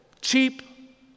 cheap